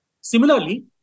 Similarly